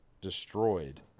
destroyed